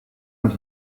and